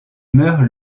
meurt